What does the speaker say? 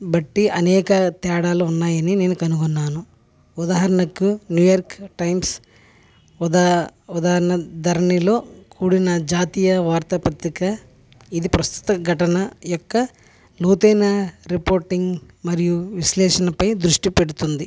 బట్టి అనేక తేడాలు ఉన్నాయని నేను కనుగొన్నాను ఉదాహరణకు న్యూయార్క్ టైమ్స్ ఉదాహ ఉదాహరణ ధరణిలో కూడిన జాతీయ వార్తాపత్రిక ఇది ప్రస్తుత ఘటన యొక్క లోతైన రిపోర్టింగ్ మరియు విశ్లేషణపై దృష్టి పెడుతుంది